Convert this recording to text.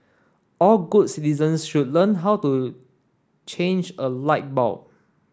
all good citizens should learn how to change a light bulb